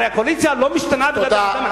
הרי הקואליציה לא משתנה בגלל הזזה, תודה.